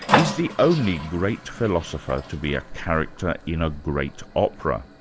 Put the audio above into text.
is the only great philosopher to be a character in a great opera.